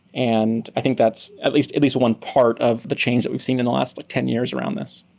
and i think that's at least at least one part of the change that we've seen in the last ten years around this.